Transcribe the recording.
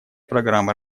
программы